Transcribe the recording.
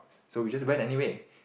so we just went anyway